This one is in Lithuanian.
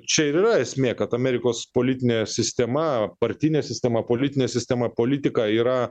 čia ir yra esmė kad amerikos politinė sistema partinė sistema politinė sistema politika yra